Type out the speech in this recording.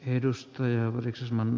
edustaja wrexham